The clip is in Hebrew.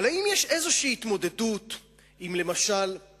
אבל האם יש איזו התמודדות עם, למשל,